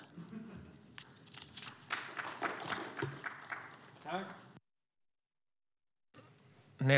I detta anförande instämde Marianne Berg .